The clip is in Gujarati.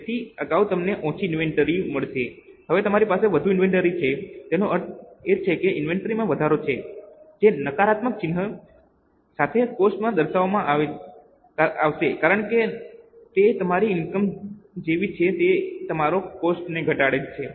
તેથી અગાઉ તમને ઓછી ઇન્વેન્ટરી મળી છે હવે તમારી પાસે વધુ ઇન્વેન્ટરી છે તેનો અર્થ એ છે કે ઇન્વેન્ટરીમાં વધારો છે જે નકારાત્મક ચિહ્ન સાથે કોસ્ટ માં દર્શાવવામાં આવશે કારણ કે તે તમારી ઇનકમ જેવી છે તે તમારા કોસ્ટ ને ઘટાડે છે